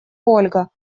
ольга